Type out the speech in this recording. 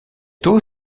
tôt